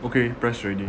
okay press already